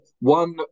one